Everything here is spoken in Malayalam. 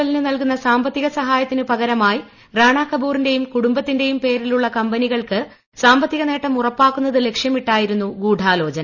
എൽ ന് നൽകുന്ന സാമ്പത്തിക സഹായത്തിനു പകരമായി റാണാ കപൂറിന്റെയും കുടുംബത്തിന്റെയും പേരിലുള്ള കമ്പനികൾക്ക് സാമ്പത്തിക നേട്ടം ഉറപ്പാക്കുന്നത് ലക്ഷ്യമിട്ടായിരുന്നു ഗൂഢാലോചന